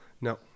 No